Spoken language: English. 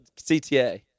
CTA